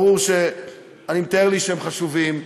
ברור, אני מתאר לי שהם חשובים.